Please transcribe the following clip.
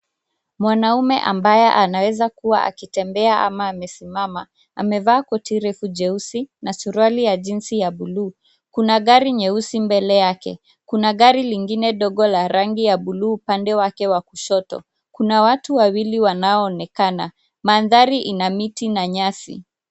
Mwanaume ambaye anaeza kuwa akitembea amesimama, amevaa koti refu jeusi na suruali ya jinsi ya buluu. Kuna gari njyeusi mbele yake. Kuna gari lingine dogo la rangi ya buluu upande wa kushoto. Kuna watu wawili wanaoonekana. Mandhari ina miti na nyasi.